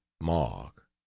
mark